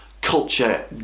culture